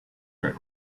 where